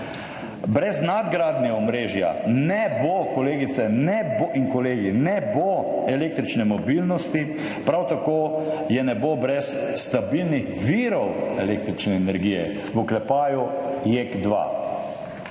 Brez nadgradnje omrežja, kolegice in kolegi, ne bo električne mobilnosti, prav tako je ne bo brez stabilnih virov električne energije, v oklepaju – JEK-2.